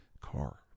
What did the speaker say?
car